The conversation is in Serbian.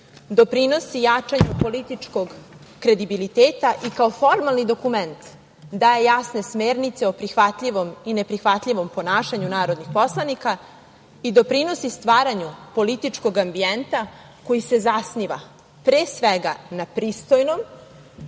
doprinosi jačanju političkog kredibiliteta i kao formalni dokument daje jasne smernice o prihvatljivom i neprihvatljivom ponašanju narodnih poslanika, i doprinosi stvaranju političkog ambijenta koji se zasniva, pre svega, na pristojnom,